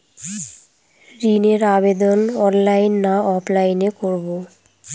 ঋণের আবেদন অনলাইন না অফলাইনে করব?